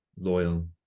loyal